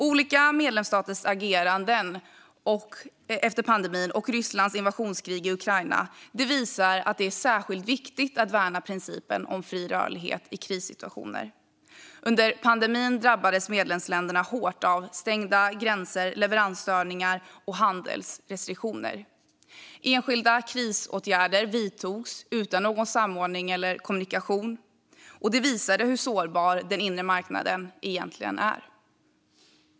Olika medlemsstaters agerande efter pandemin och Rysslands invasionskrig i Ukraina visar att det är särskilt viktigt att värna principerna om fri rörlighet i krissituationer. Under pandemin drabbades medlemsländerna hårt av stängda gränser, leveransstörningar och handelsrestriktioner. Enskilda krisåtgärder vidtogs utan någon samordning eller kommunikation. Det visade hur sårbar den inre marknaden egentligen är.